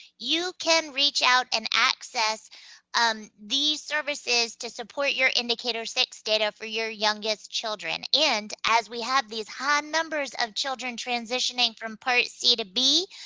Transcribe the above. you can reach out and access um these services to support your indicator six data for your youngest children. and as we have these high numbers of children transitioning from part c to b,